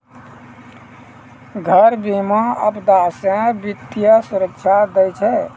घर बीमा, आपदा से वित्तीय सुरक्षा दै छै